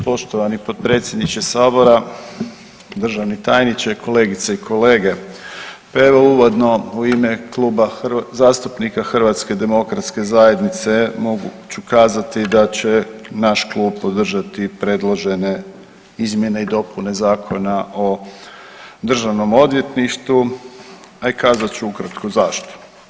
Poštovani potpredsjedniče sabora, državni tajniče, kolegice i kolege, pa evo uvodno u ime Kluba zastupnika HDZ-a mogu, ću kazati da će naš klub podržati predložene izmjene i dopune Zakona o državnom odvjetništvu, a i kazat ću ukratko zašto.